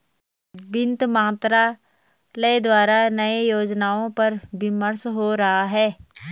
वित्त मंत्रालय द्वारा नए योजनाओं पर विमर्श हो रहा है